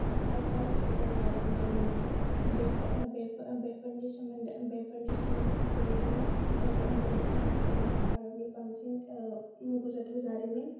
भारतारिफोरखौ गादबना दोन्नाय बेफोर बेफोरनि सोमोन्दै बेफोरनि सोमोन्दै बेफोरनो जों बेफोरनो भारतनि बांसिन मख'जाथाव जारिमिन